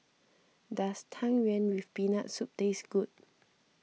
does Tang Yuen with Peanut Soup taste good